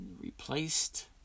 replaced